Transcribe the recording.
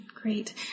Great